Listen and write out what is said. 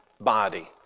body